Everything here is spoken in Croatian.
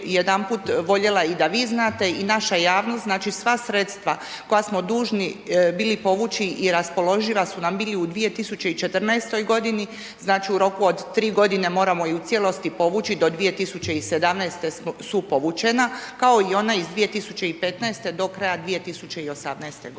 jedanput voljela i da vi znate i naša javnost, znači sva sredstva koja smo dužni bili povući i raspoloživa su nam bila u 2014. godini, znači u roku od 3 godine moramo ju u cijelosti povući do 2017. su povućena kao i ona iz 2015. do kraja 2018. godine.